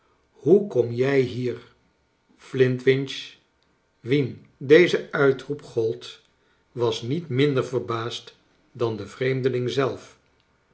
hoe kom jij hier elintwinch wien deze uitroep gold was niet minder verbaasd dan de vreemdeling zelf